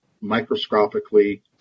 microscopically